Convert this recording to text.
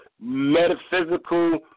metaphysical